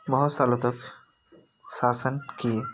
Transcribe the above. बहुत सालों तक शासन किए